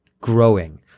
growing